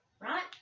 Right